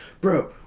Bro